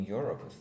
Europe